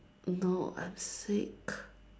no I'm sick